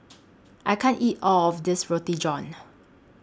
I can't eat All of This Roti John